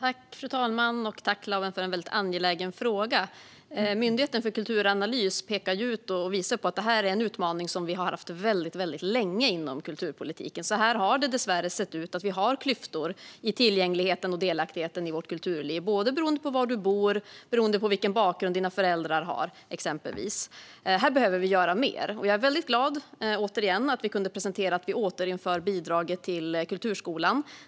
Fru talman! Tack, Lawen, för en angelägen fråga! Myndigheten för kulturanalys pekar ut och visar på att detta är en utmaning som vi har haft länge inom kulturpolitiken. Så har det dessvärre sett ut. Vi har klyftor i tillgängligheten och delaktigheten i vårt kulturliv, beroende både på var man bor och på vilken bakgrund ens föräldrar har, exempelvis. Här behöver vi göra mer. Jag är väldigt glad, återigen, att vi kunde presentera att vi återinför bidraget till kulturskolan.